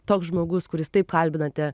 toks žmogus kuris taip kalbinate